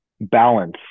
Balance